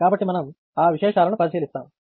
కాబట్టి మనం ఆ విషయాలను పరిశీలిస్తాము